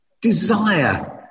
desire